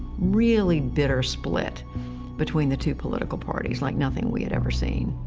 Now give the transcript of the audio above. really bitter split between the two political parties, like nothing we had ever seen.